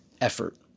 effort